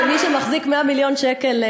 כמי שמחזיק 100 מיליון שקל,